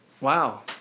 wow